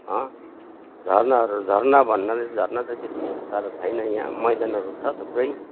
झरनाहरू झरना भन्नाले झरना चाहिँ त्यत्ति साह्रो छैन यहाँ मैदानहरू छ थुप्रै